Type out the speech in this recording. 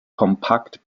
kompakt